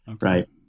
Right